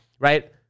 right